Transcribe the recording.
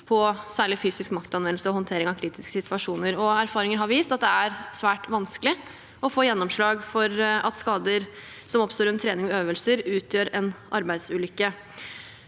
på særlig fysisk maktanvendelse og håndtering av kritiske situasjoner. Erfaringer har vist at det er svært vanskelig å få gjennomslag for at skader som oppstår gjennom trening og øvelser, utgjør en arbeidsulykke.